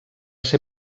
ser